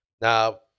Now